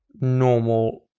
normal